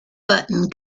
button